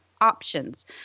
options